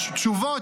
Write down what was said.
התשובות,